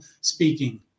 speaking